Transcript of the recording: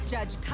Judge